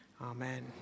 Amen